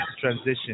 transition